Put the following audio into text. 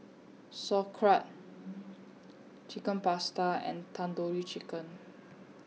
Sauerkraut Chicken Pasta and Tandoori Chicken